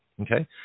Okay